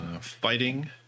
Fighting